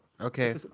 Okay